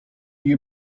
you